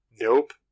nope